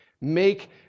make